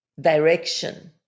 direction